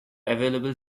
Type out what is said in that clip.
available